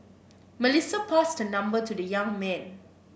Melissa passed her number to the young man